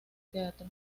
teatro